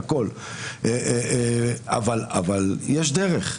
אבל יש דרך.